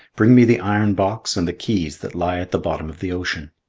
bring me the iron box and the keys that lie at the bottom of the ocean.